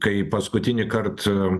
kai paskutinį kart